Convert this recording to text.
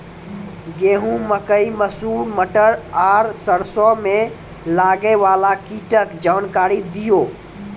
गेहूँ, मकई, मसूर, मटर आर सरसों मे लागै वाला कीटक जानकरी दियो?